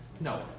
No